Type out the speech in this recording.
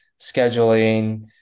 scheduling